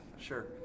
Sure